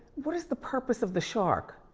what is the purpose of the shark?